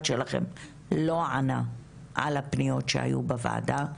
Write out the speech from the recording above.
שלכם לא ענה על הפניות שהיו בוועדה,